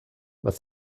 was